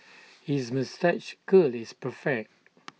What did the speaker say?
his moustache curl is perfect